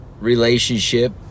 relationship